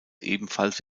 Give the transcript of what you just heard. ebenfalls